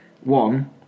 One